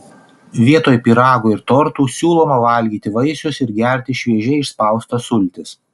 vietoj pyragų ir tortų siūloma valgyti vaisius ir gerti šviežiai išspaustas sultis